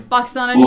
Pakistan